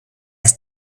ist